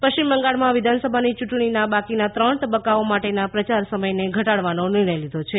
પશ્ચિમ બંગાળમાં વિધાનસભાની ચૂંટણીના બાકીના ત્રણ તબક્કાઓ માટેના પ્રચાર સમયને ઘટાડવાનો નિર્ણય લીધો છે